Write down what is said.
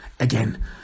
again